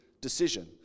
decision